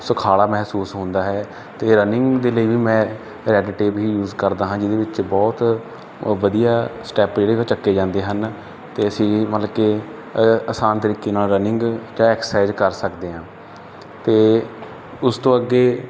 ਸੁਖਾਲਾ ਮਹਿਸੂਸ ਹੁੰਦਾ ਹੈ ਅਤੇ ਰਨਿੰਗ ਦੇ ਲਈ ਵੀ ਮੈਂ ਰੈਡ ਟੇਪ ਹੀ ਯੂਜ ਕਰਦਾ ਹਾਂ ਜਿਹਦੇ ਵਿੱਚ ਬਹੁਤ ਵਧੀਆ ਸਟੈਪ ਜਿਹੜੇ ਉਹ ਚੁੱਕੇ ਜਾਂਦੇ ਹਨ ਅਤੇ ਅਸੀਂ ਮਤਲਬ ਕਿ ਆਸਾਨ ਤਰੀਕੇ ਨਾਲ ਰਨਿੰਗ ਜਾਂ ਐਕਸਰਸਾਈਜ਼ ਕਰ ਸਕਦੇ ਹਾਂ ਅਤੇ ਉਸ ਤੋਂ ਅੱਗੇ